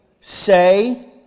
say